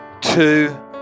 two